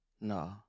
No